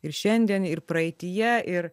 ir šiandien ir praeityje ir